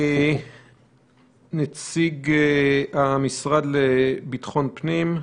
נציג המשרד לביטחון פנים,